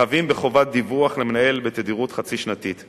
חבים בחובת דיווח למנהל בתדירות חצי שנתית.